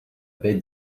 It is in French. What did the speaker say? baie